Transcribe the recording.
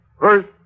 First